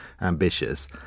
ambitious